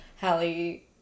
Hallie